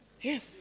Yes